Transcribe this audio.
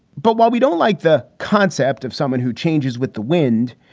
but while we don't like the concept of someone who changes with the wind,